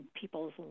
people's